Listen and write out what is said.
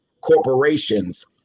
corporations